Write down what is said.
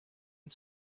and